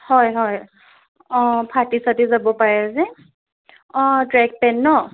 হয় হয় অঁ ফাটি চাটি যাব পাৰে যে অঁ ট্ৰেক পেন ন